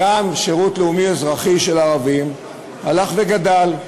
גם השירות הלאומי-אזרחי של ערבים הלך וגדל.